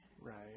Right